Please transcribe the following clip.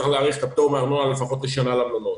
צריך להאריך את הפטור מארנונה לפחות לשנה למלונות.